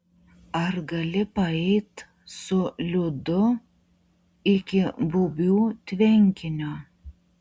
ar gali paeit su liudu iki bubių tvenkinio